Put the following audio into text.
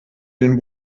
den